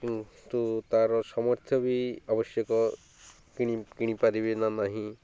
କିନ୍ତୁ ତା'ର ସମର୍ଥ୍ୟ ବି ଆବଶ୍ୟକ କିଣି କିଣିପାରିବେ ନା ନାହିଁ